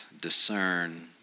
discern